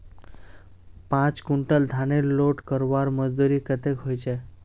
पाँच कुंटल धानेर लोड करवार मजदूरी कतेक होचए?